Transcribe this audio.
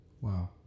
Wow